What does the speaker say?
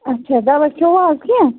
اَچھا دوا کھیٚوٕ حظ کیٚنٛہہ